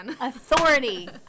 authority